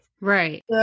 Right